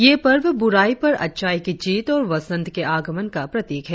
यह पर्व ब्राई पर अच्छाई की जीत और वसंत के आगमन का प्रतीक है